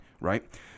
right